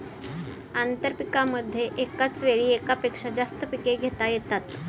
आंतरपीकांमध्ये एकाच वेळी एकापेक्षा जास्त पिके घेता येतात